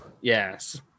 yes